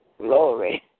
Glory